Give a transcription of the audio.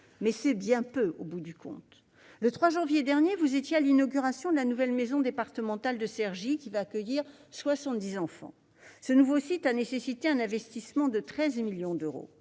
mais c'est bien peu au bout du compte. Le 3 janvier dernier, vous avez participé à l'inauguration de la nouvelle maison départementale de l'enfance de Cergy, qui accueillera soixante-dix enfants. Ce nouveau site a nécessité un investissement de 13 millions d'euros.